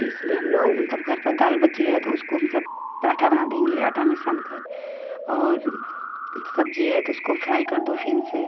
तो इसलिए हम लोग मतलब घर पर दाल बच गई तो उसको मतलब परान्ठा बना देंगे आटा में सानकर और सब्जी है तो उसको फ़्राई कर दो फिर से